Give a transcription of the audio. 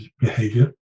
behavior